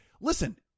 listen